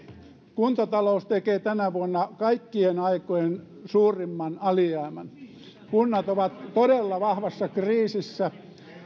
kuntatalous tekee tänä vuonna kaikkien aikojen suurimman alijäämän kunnat ovat todella vahvassa kriisissä